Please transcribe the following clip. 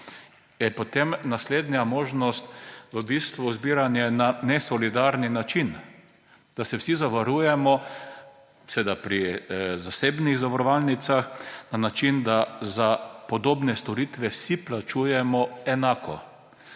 več, je naslednja možnost v bistvu zbiranje na nesolidarni način – da se vsi zavarujemo pri zasebnih zavarovalnicah na način, da za podobne storitve vsi plačujemo enako.